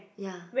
ya